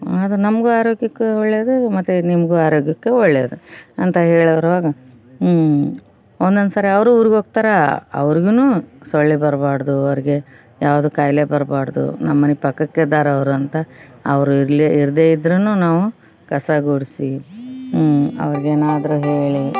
ಅದು ನಮಗೂ ಆರೋಗ್ಯಕ್ಕೂ ಒಳ್ಳೆಯದು ಮತ್ತೆ ನಿಮಗೂ ಆರೋಗ್ಯಕ್ಕೆ ಒಳ್ಳೇದು ಅಂತ ಹೇಳಿರುವಾಗ ಒಂದೊಂದು ಸಾರಿ ಅವರು ಊರಿಗೆ ಹೋಗ್ತಾರೆ ಅವ್ರಿಗೂನೂ ಸೊಳ್ಳೆ ಬರಬಾರ್ದು ಅವ್ರಿಗೆ ಯಾವುದು ಕಾಯಿಲೆ ಬರಬಾರ್ದು ನಮ್ಮನೆ ಪಕ್ಕಕ್ಕಿದ್ದಾರವರು ಅಂತ ಅವ್ರು ಇರಲಿ ಇರದೇ ಇದ್ದರೂನು ನಾವು ಕಸ ಗುಡಿಸಿ ಅವ್ರಿಗೇನಾದ್ರು ಹೇಳಿ